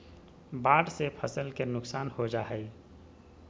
बाढ़ से फसल के नुकसान हो जा हइ